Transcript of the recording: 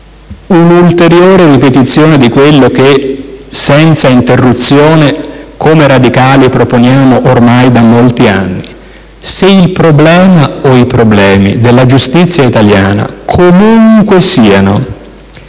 un'ulteriore ripetizione di quello che, senza interruzione, come radicali proponiamo ormai da molti anni. Se il problema o i problemi della giustizia italiana, comunque siano